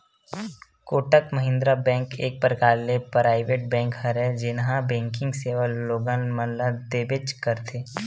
Kotak Mahindra bank एक परकार ले पराइवेट बेंक हरय जेनहा बेंकिग सेवा लोगन मन ल देबेंच करथे